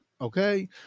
okay